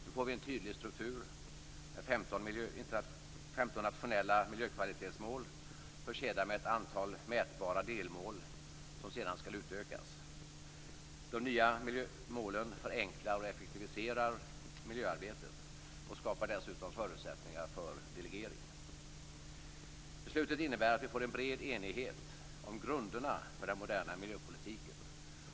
Nu får vi en tydlig struktur med 15 nationella miljökvalitetsmål försedda med ett antal mätbara delmål som sedan skall utökas. De nya miljömålen förenklar och effektiviserar miljöarbetet och skapar dessutom förutsättningar för delegering. Beslutet innebär att vi får en bred enighet om grunderna för den moderna miljöpolitiken.